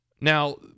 Now